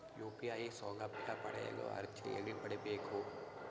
UPI ಸೌಲಭ್ಯ ಪಡೆಯಲು ಅರ್ಜಿ ಎಲ್ಲಿ ಪಡಿಬೇಕು?